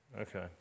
Okay